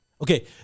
Okay